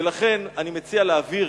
ולכן אני מציע להעביר